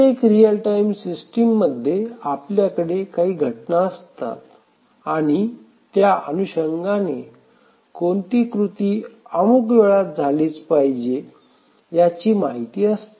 प्रत्येक real time system मध्ये आपल्याकडे काही घटना असतात आणि त्या अनुषंगाने कोणती कृती अमुक वेळात झालीच पाहिजे याची माहिती असते